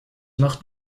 macht